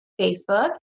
Facebook